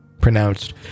pronounced